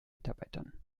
mitarbeitern